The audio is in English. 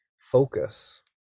focus